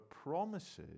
promises